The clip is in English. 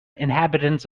inhabitants